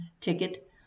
ticket